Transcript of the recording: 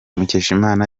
mukeshimana